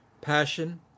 passion